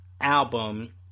album